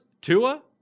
Tua